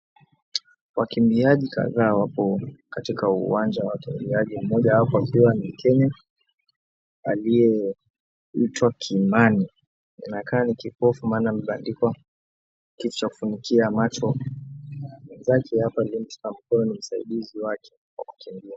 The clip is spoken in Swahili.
Wakimbiaji kadhaa wapo katika uwanja wa kiriadha mmoja wapo akiwa ni mKenya, aliyeitwa Kimani inakaa ni kipofu maana amebandikwa kitu cha kufunikia macho na mwenzake aliyemshika mkono ni msaidizi wake wa kukimbia.